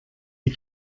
die